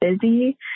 busy